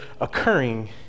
occurring